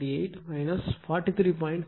8 43